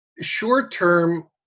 short-term